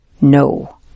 No